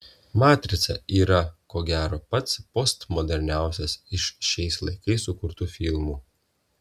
matrica yra ko gero pats postmoderniausias iš šiais laikais sukurtų filmų